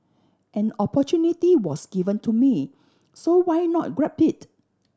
an opportunity was given to me so why not grab it